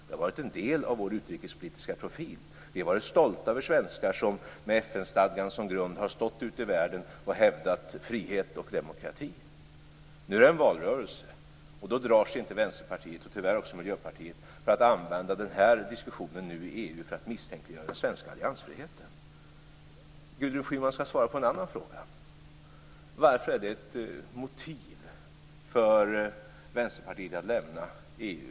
Det har varit en del av vår utrikespolitiska profil. Vi har varit stolta över svenskar som med FN-stadgan som grund har stått ute i världen och hävdat frihet och demokrati. Nu är det en valrörelse, och då drar sig inte Vänsterpartiet, och tyvärr inte heller Miljöpartiet, för att använda denna diskussion i EU för att misstänkliggöra den svenska alliansfriheten. Gudrun Schyman skall svara på en annan fråga. Varför är det ett motiv för Vänsterpartiet att lämna EU?